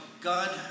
God